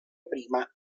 prima